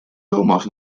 thomas